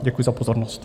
Děkuji za pozornost.